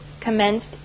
commenced